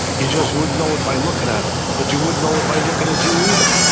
you just wouldn't know it by looking at them, but you wouldn't know it by looking at you, either.